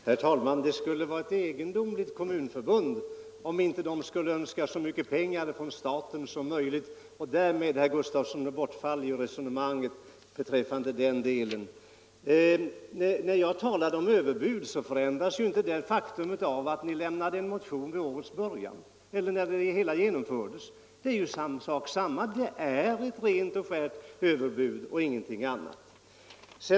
Herr talman! Det skulle vara ett egendomligt kommunförbund om det inte skulle önska så mycket pengar från staten som möjligt. Och därmed, herr Gustavsson i Alvesta, bortfaller ju resonemanget beträffande den delen. När jag talar om överbud, så förändras inte detta faktum av att ni väckte en motion när det hela genomfördes. Det är sak samma — det är ett rent och skärt överbud och ingenting annat.